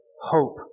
hope